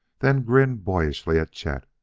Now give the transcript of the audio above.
then grinned boyishly at chet.